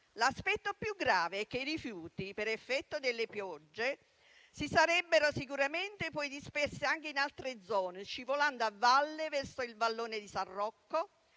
L'aspetto più grave è che i rifiuti, per effetto delle piogge, si sarebbero sicuramente poi dispersi anche in altre zone, scivolando a valle verso il vallone di San Rocco,